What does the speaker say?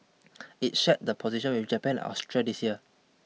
it shared the position with Japan and Austria this year